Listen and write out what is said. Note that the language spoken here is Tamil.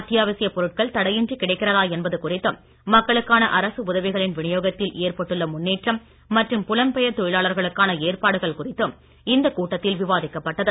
அத்தியாவசியப் பொருட்கள் தடையின்றி கிடைக்கிறதா என்பது குறித்தும் மக்களுக்கான அரசு உதவிகளின் விநியோகத்தில் ஏற்பட்டுள்ள முன்னேற்றம் மற்றும் புலம் பெயர் தொழிலாளர்களுக்கான ஏற்பாடுகள் குறித்தும் இந்த கூட்டத்தில் விவாதிக்கப் பட்டது